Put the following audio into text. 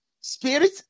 spirit